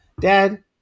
Dad